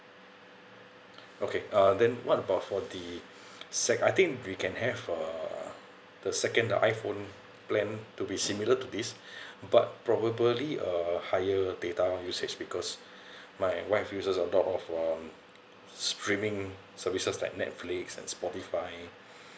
okay uh then what about for the sec~ I think we can have uh the second the iphone plan to be similar to this but probably uh higher data usage because my wife uses a lot of um streaming services like Netflix and Spotify